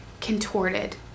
contorted